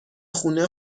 خونه